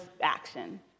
action